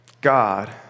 God